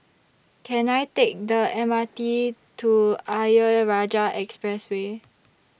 Can I Take The M R T to Ayer Rajah Expressway